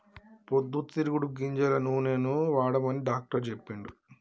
పొద్దు తిరుగుడు గింజల నూనెనే వాడమని డాక్టర్ చెప్పిండు